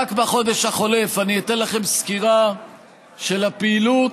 רק בחודש החולף, אני אתן לכם סקירה של הפעילות